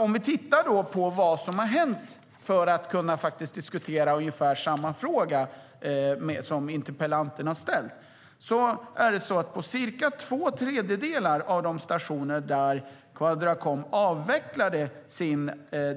Om vi tittar på vad som har hänt, för att kunna diskutera ungefär samma fråga som den som interpellanten har ställt, ser vi att på cirka två tredjedelar av de stationer där Quadracom avvecklade sin